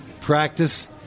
practice